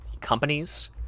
companies